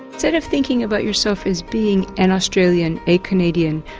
instead of thinking about yourself as being an australian, a canadian,